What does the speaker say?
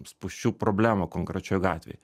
spūsčių problemą konkrečioj gatvėj